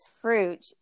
fruit